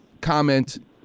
comment